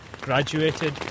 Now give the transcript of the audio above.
graduated